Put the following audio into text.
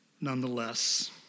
nonetheless